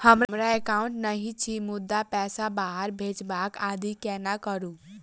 हमरा एकाउन्ट नहि अछि मुदा पैसा बाहर भेजबाक आदि केना भेजू?